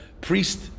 priest